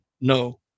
No